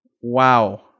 Wow